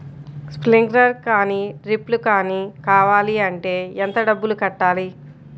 Sprinkler కానీ డ్రిప్లు కాని కావాలి అంటే ఎంత డబ్బులు కట్టాలి?